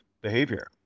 behavior